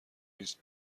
نیست